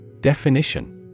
Definition